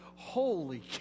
Holy